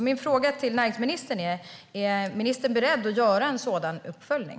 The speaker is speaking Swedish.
Min fråga till näringsministern är därför: Är ministern beredd att göra en sådan uppföljning?